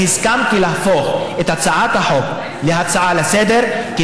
אני הסכמתי להפוך את הצעת החוק להצעה לסדר-היום